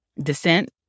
descent